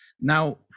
Now